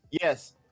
Yes